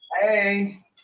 Hey